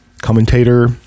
commentator